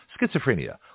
Schizophrenia